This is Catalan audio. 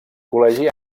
col·legi